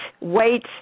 Wait